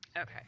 Okay